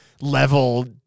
level